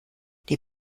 die